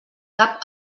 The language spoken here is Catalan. cap